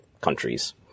countries